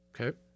Okay